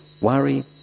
worry